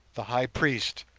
the high priest,